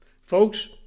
Folks